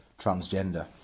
transgender